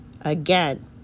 Again